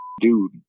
dude